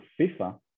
FIFA